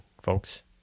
folks